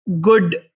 good